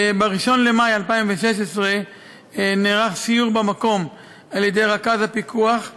ב-1 במאי 2016 נערך סיור במקום על-ידי רכז הפיקוח,